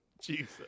Jesus